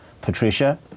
patricia